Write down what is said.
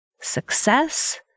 success